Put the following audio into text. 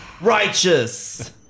Righteous